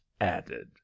added